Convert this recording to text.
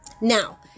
Now